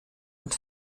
und